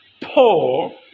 Paul